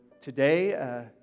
today